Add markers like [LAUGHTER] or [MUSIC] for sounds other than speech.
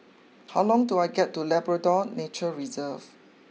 [NOISE] how long to I get to Labrador Nature Reserve